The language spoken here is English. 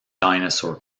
dinosaur